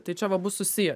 tai čia va bus susiję